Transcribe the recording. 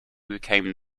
became